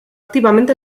activament